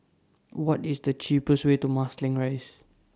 What IS The cheapest Way to Marsiling Rise